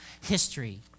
history